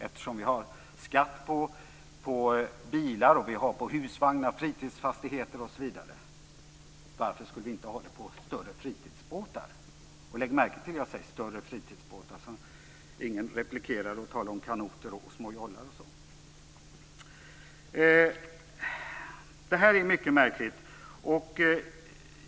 Vi har ju skatt på bilar, husvagnar, fritidsfastigheter osv. Varför skulle vi inte ha det på större fritidsbåtar? Lägg märke till att jag säger större fritidsbåtar. Ingen behöver replikera och tala om kanoter och små jollar. Detta är mycket märkligt.